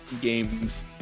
games